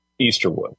Easterwood